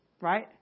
right